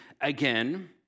again